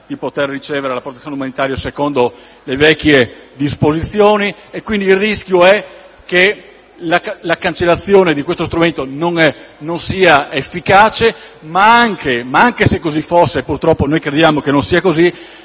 di poter ricevere la protezione umanitaria secondo le vecchie disposizioni. Quindi il rischio è che la cancellazione di questo strumento non sia efficace; ma anche se così fosse - purtroppo noi crediamo che non sia così